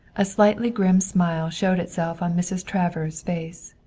a slightly grim smile showed itself on mrs. travers' face.